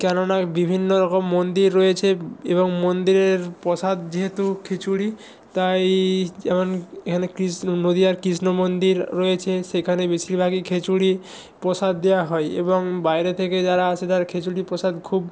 কেননা বিভিন্ন রকম মন্দির রয়েছে এবং মন্দিরের প্রসাদ যেহেতু খিচুড়ি তাই যেমন এখানে কৃষ্ণ নদীয়ার কৃষ্ণ মন্দির রয়েছে সেখানে বেশিরভাগই খিচুড়ি প্রসাদ দেওয়া হয় এবং বাইরে থেকে যারা আসে তারা খিচুড়ি প্রসাদ খুব